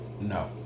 no